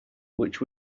which